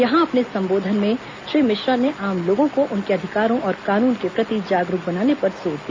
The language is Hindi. यहां अपने संबोधन में श्री मिश्रा ने आम लोगों को उनके अधिकारों और कानून के प्रति जागरूक बनाने पर जोर दिया